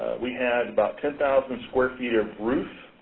we had about ten thousand square feet of roof,